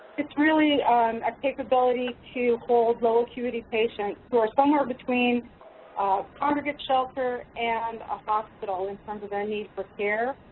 it's really a capability to hold low acuity patients who are somewhere between a congregate shelter and a hospital in terms of their needs for care.